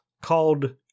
called